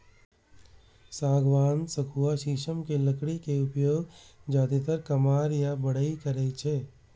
सागवान, सखुआ, शीशम के लकड़ी के उपयोग जादेतर कमार या बढ़इ करै छै